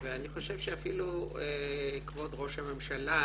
אני חושב שאפילו כבוד ראש הממשלה